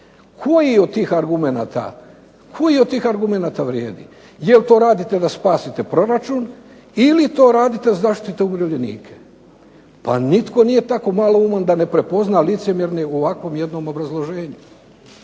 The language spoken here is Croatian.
Koji od tih argumenata vrijedi? Je li to radite da spasite proračun ili to radite da zaštitite umirovljenike? Pa nitko nije toliko malouman da ne prepozna licemjerje u ovakvom jednom obrazloženju.